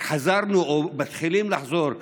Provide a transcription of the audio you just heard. רק חזרנו או מתחילים לחזור לשגרה.